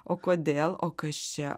o kodėl o kas čia